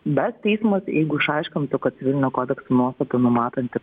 bet teismas jeigu išaiškintų kad civilinio kodekso nuostata numatanti